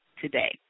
today